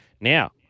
Now